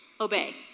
obey